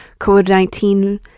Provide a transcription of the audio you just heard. COVID-19